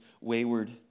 wayward